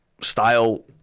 style